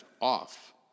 off